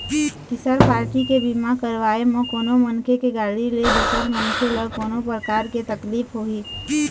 तिसर पारटी के बीमा करवाय म कोनो मनखे के गाड़ी ले दूसर मनखे ल कोनो परकार के तकलीफ होही